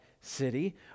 city